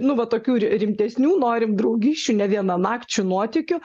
nu va tokių ri rimtesnių norim draugysčių ne vienanakčių nuotykių